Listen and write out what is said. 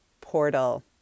portal